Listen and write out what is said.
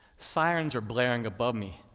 sirens are blaring above me.